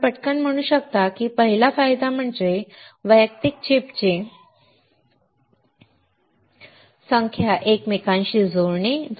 आपण पटकन म्हणू शकता पहिला फायदा म्हणजे वैयक्तिक चिप्सची संख्या एकमेकांशी जोडणे